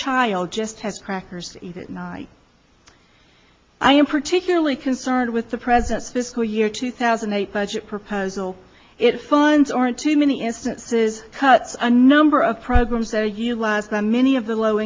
child just has crackers even tonight i am particularly concerned with the president's fiscal year two thousand and eight budget proposal it funds aren't too many instances cut a number of programs or you lack the many of the low